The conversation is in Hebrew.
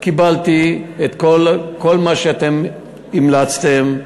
קיבלתי כל מה שאתם המלצתם,